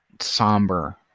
somber